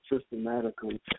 systematically